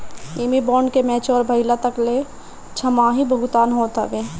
एमे बांड के मेच्योर भइला तकले छमाही भुगतान होत हवे